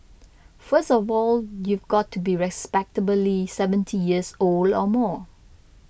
first of all you've got to be respectably seventy years old or more